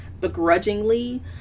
begrudgingly